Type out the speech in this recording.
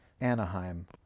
Anaheim